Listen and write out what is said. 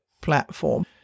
platform